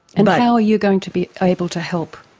and how are you going to be able to help?